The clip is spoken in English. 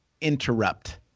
interrupt